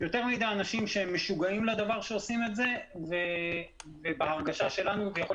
יותר מדי אנשים שהם משוגעים לדבר עושים את זה ובהרגשה שלנו ויכול